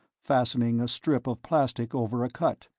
fastening a strip of plastic over a cut.